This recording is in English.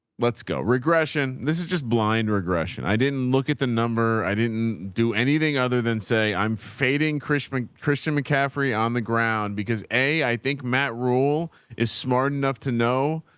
let's go regression. this is just blind regression. i didn't look at the number. i didn't do anything other than say i'm fading christian christian mccaffrey on the ground because a, i think matt rule is smart enough to know.